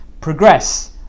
Progress